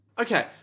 Okay